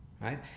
right